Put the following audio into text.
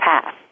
pass